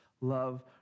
love